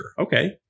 Okay